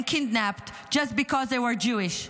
and kidnapped just because they were Jewish.